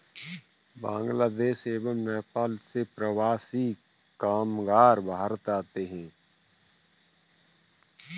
बांग्लादेश एवं नेपाल से प्रवासी कामगार भारत आते हैं